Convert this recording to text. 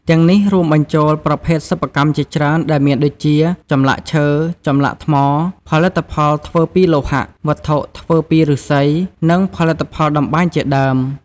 ទាំងនេះរួមបញ្ចូលប្រភេទសិប្បកម្មជាច្រើនដែលមានដូចជា ចម្លាក់ឈើ ចម្លាក់ថ្ម ផលិតផលធ្វើពីលោហៈ វត្ថុធ្វើពីឫស្សី និងផលិតផលតម្បាញជាដើម។